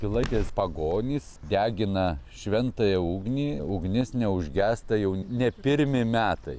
pilaitės pagonys degina šventąją ugnį ugnis neužgęsta jau ne pirmi metai